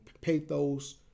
pathos